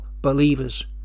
believers